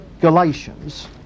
Galatians